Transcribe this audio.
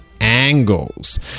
Angles